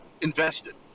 invested